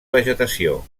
vegetació